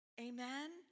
Amen